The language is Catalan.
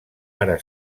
ara